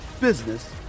business